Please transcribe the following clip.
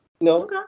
No